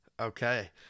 Okay